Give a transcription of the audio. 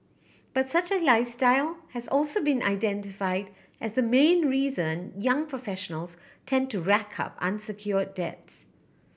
but such a lifestyle has also been identified as the main reason young professionals tend to rack up unsecured debts